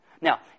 Now